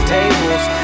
tables